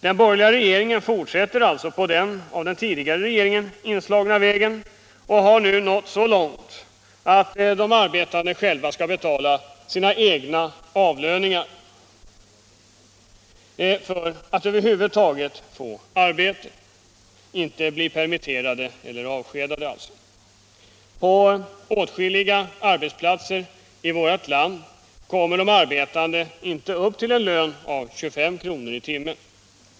Den borgerliga regeringen fortsätter på den av den tidigare regeringen beträdda vägen och har nu nått så långt att de arbetande själva skall betala sina egna avlöningar för att över huvud taget få arbete — inte bli permitterade eller avskedade. På åtskilliga arbetsplatser i vårt land kommer de arbetande inte upp till en lön av 25 kr. i timmen.